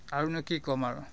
আৰুনো কি ক'ম আৰু